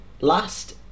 last